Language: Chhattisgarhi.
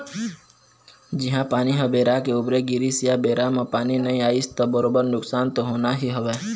जिहाँ पानी ह बेरा के उबेरा गिरिस या बेरा म पानी नइ आइस त बरोबर नुकसान तो होना ही हवय